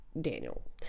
Daniel